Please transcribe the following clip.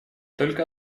только